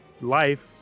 life